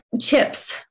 chips